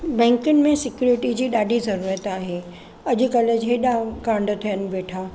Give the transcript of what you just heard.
बैंकुनि में सिक्योरिटी जी ॾाढी ज़रूरत आहे अॼुकल्ह हेॾा कांड थियनि वेठा